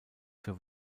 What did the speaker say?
für